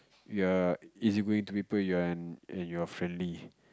ya easy-going to people and you're friendly